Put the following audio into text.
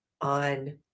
on